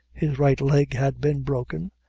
his right leg had been broken,